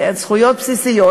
זכויות בסיסיות של אזרח.